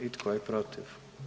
I tko je protiv?